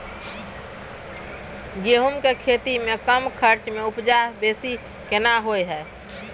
गेहूं के खेती में कम खर्च में उपजा बेसी केना होय है?